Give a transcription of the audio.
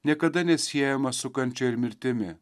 niekada nesiejama su kančia ir mirtimi